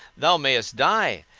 thou mayest die,